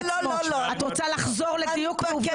היה ראוי שתחסכו לי גם עבודה